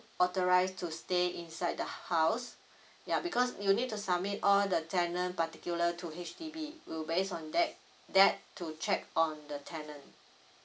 authorised to stay inside the house ya because you need to submit all the tenant particular to H_D_B we'll based on that that to check on the tenant